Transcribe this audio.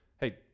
hey